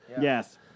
Yes